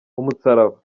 umusaraba